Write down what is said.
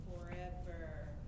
forever